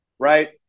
right